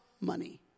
money